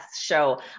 show